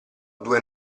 due